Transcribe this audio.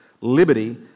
liberty